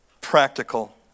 practical